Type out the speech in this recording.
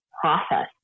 process